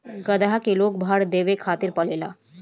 गदहा के लोग भार ढोवे खातिर पालेला